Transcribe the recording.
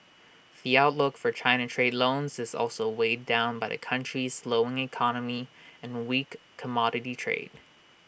the outlook for China trade loans is also weighed down by the country's slowing economy and weak commodity trade